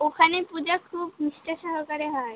ওখানে পূজা খুব নিষ্টা সহকারে হয়